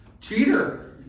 Cheater